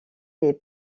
les